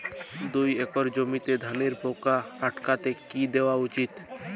দুই একর জমিতে ধানের পোকা আটকাতে কি দেওয়া উচিৎ?